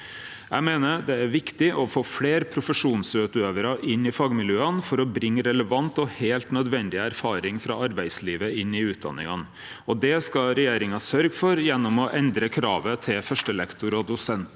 Eg meiner det er viktig å få fleire profesjonsutøvarar inn i fagmiljøa for å bringe relevant og heilt nødvendig erfaring frå arbeidslivet inn i utdanningane. Det skal regjeringa sørgje for gjennom å endre krava til førstelektor- og